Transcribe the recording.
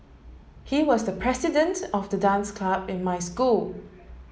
he was the president of the dance club in my school